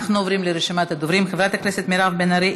אנחנו עוברים לרשימת הדוברים: חברת הכנסת מירב בן ארי,